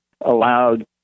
allowed